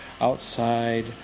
outside